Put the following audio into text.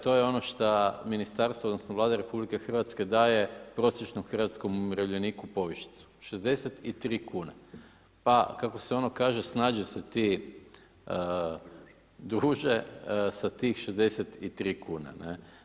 To je ono šta ministarstvo odnosno Vlada RH daje prosječnom hrvatskom umirovljeniku povišicu, 63 kune, pa kako se ono kaže snađi se ti druže sa tih 63 kune ne.